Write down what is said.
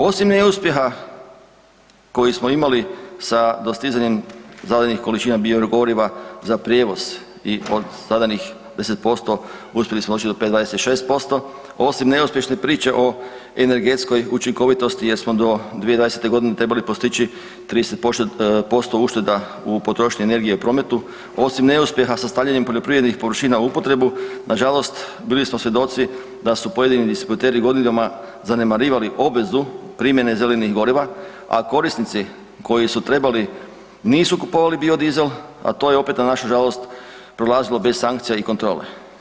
Osim neuspjeha koji smo imali sa dostizanjem zadanih količina biogoriva za prijevoz i od zadanih 10%, uspjeli smo doći do 5,26%, osim neuspješne priče o energetskoj učinkovitosti jer smo do 2020. g. trebali postići 30% ušteda u potrošnji energije u prometu, osim neuspjeha sa stavljanjem poljoprivrednih površina u upotrebu, nažalost, bili smo svjedoci da su pojedini distributeri godinama zanemarivali obvezu primjene zelenih goriva, a korisnici koji su trebali, nisu kupovali biodizel, a to je opet, na našu žalost, prolazilo bez sankcija i kontrole.